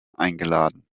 eingeladen